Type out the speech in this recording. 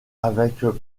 avec